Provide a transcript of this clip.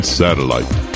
satellite